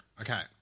okay